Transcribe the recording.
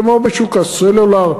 כמו בשוק הסלולר,